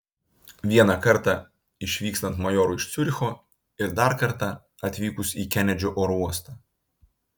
vieną kartą išvykstant majorui iš ciuricho ir dar kartą atvykus į kenedžio oro uostą